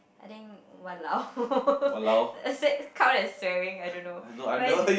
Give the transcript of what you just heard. I think !walao! does that count as swearing I don't know